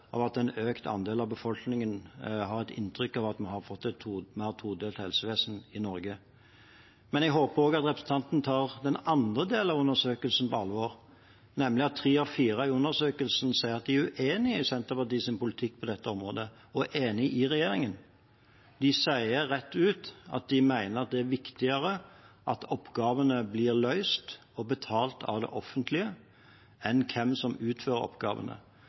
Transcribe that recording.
alvor når en økt andel av befolkningen har inntrykk av at vi har fått et mer todelt helsevesen i Norge. Men jeg håper også at representanten tar den andre delen av undersøkelsen på alvor, nemlig at tre av fire i undersøkelsen sier at de er uenig i Senterpartiets politikk på dette området, og er enig med regjeringen. De sier rett ut at de mener at det er viktigere at oppgavene blir løst og betalt av det offentlige enn hvem som utfører oppgavene.